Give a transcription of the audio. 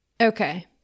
Okay